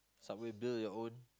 Subway build your own